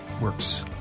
works